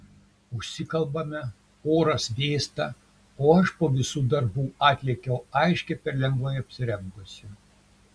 užsikalbame oras vėsta o aš po visų darbų atlėkiau aiškiai per lengvai apsirengusi